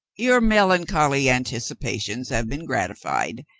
your melancholy anticipations have been gratified.